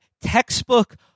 textbook